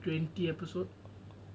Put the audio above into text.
twenty episode